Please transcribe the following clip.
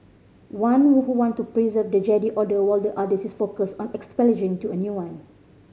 one who who want to preserve the Jedi Order while the other is focused on establishing to a new one